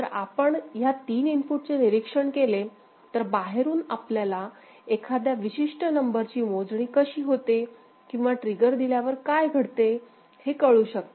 जर आपण ह्या 3 इनपुटचे निरीक्षण केले तर आपल्याला एखाद्या विशिष्ट नंबरची मोजणी कशी होते किंवा ट्रिगर दिल्यावर काय घडते हे कळू शकते